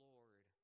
Lord